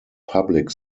public